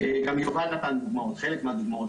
גם יובל נתן חלק מהדוגמאות,